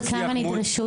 אני חושב שהלחץ,